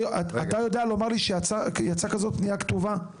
יודע לומר לי שיצאה פניה כזאת כתובה?